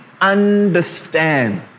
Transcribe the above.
understand